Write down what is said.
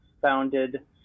founded